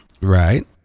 Right